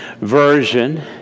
version